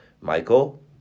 Michael